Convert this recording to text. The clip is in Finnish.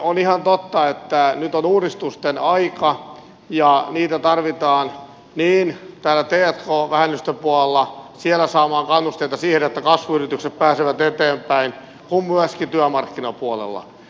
on ihan totta että nyt on uudistusten aika ja niitä tarvitaan niin täällä t k vähennysten puolella siellä saamaan kannusteita siihen että kasvuyritykset pääsevät eteenpäin kuin myöskin työmarkkinapuolella